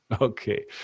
okay